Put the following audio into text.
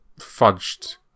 fudged